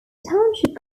township